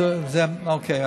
זו הבעיה העיקרית.